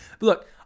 Look